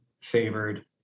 favored